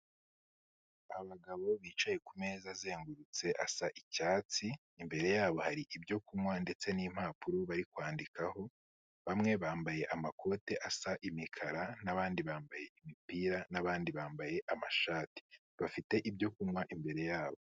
Abagabo bicaye ku meza azengurutse asa icyatsi, imbere yabo hari ibyo kunywa ndetse n'impapuro bari kwandikaho, bamwe bambaye amakoti asa imikara n'abandi bambaye imipira n'abandi bambaye amashati, bafite ibyo kunywa imbere yabo.